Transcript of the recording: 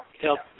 help